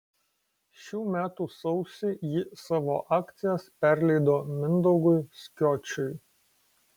šių metų sausį ji savo akcijas perleido mindaugui skiočiui